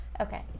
Okay